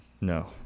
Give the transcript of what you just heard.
No